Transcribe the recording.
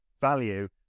value